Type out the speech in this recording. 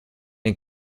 den